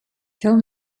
tell